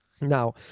Now